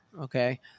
Okay